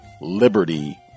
liberty